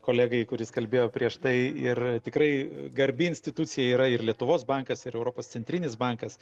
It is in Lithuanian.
kolegai kuris kalbėjo prieš tai ir tikrai garbi institucija yra ir lietuvos bankas ir europos centrinis bankas